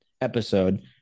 episode